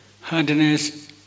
hardness